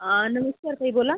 हा नमस्कार ताई बोला